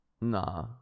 Nah